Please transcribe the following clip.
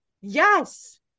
yes